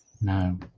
No